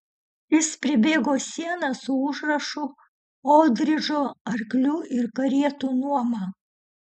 jis pribėgo sieną su užrašu oldridžo arklių ir karietų nuoma